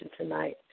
tonight